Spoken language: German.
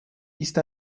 ist